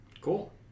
cool